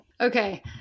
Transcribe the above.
Okay